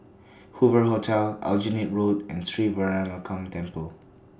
Hoover Hotel Aljunied Road and Sri Temple